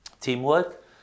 Teamwork